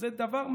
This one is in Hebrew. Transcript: זה דבר מדהים.